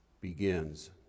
begins